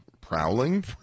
Prowling